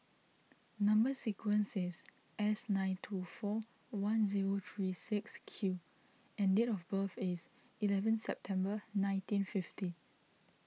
Number Sequence is S nine two four one zero three six Q and date of birth is eleven September nineteen fifty